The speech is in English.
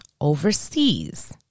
overseas